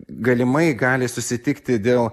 galimai gali susitikti dėl